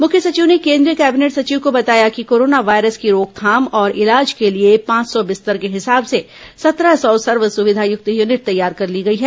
मुख्य सचिव ने केंद्रीय कैबिनेट सचिव को बताया कि कोरोना वायरस की रोकथाम और इलाज के लिए पांच सौ बिस्तर के हिसाब से सत्रह सौ सर्व सुविधायुक्त यूनिट तैयार कर ली गई है